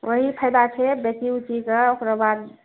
ओएह फायदा छै बेचि उचि कऽ ओकरा बाद